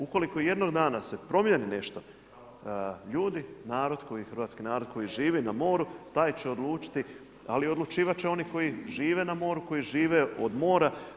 Ukoliko i jednog dana se promijeni nešto, ljudi, hrvatski narod, koji živi na moru, taj će odlučiti, ali odlučivati će oni koji žive na moru, koji žive od mora.